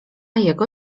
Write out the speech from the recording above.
jego